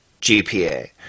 GPA